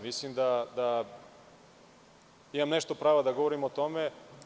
Mislim da imam nešto prava da govorim o tome.